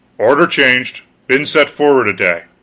order changed been set forward a day.